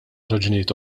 raġunijiet